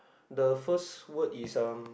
the first word is um